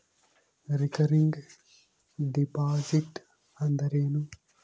Recurring deposit ಅಂದರೇನು?